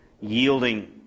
yielding